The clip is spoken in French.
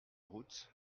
route